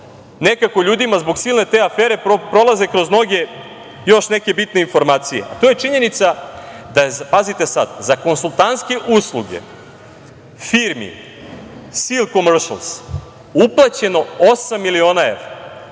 nekako ljudima zbog silne te afere prolaze kroz noge još neke bitne informacije, a to je činjenica, pazite sad, za konsultantske usluge firmi „Si komršls“ uplaćeno osam miliona evra.